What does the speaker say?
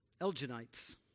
Elginites